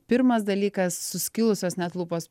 pirmas dalykas suskilusios net lūpos